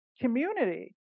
community